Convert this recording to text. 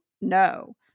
No